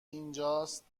اینجاست